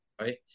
right